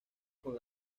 con